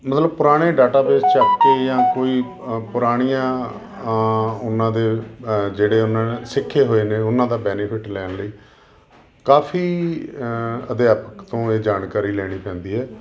ਮਤਲਬ ਪੁਰਾਣੇ ਡਾਟਾਬੇਸ ਚੱਕ ਕੇ ਜਾਂ ਕੋਈ ਪੁਰਾਣੀਆਂ ਉਹਨਾਂ ਦੇ ਜਿਹੜੇ ਉਹਨਾਂ ਨੇ ਸਿੱਖੇ ਹੋਏ ਨੇ ਉਹਨਾਂ ਦਾ ਬੈਨੀਫਿਟ ਲੈਣ ਲਈ ਕਾਫੀ ਅਧਿਆਪਕ ਤੋਂ ਇਹ ਜਾਣਕਾਰੀ ਲੈਣੀ ਪੈਂਦੀ ਹੈ